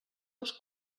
els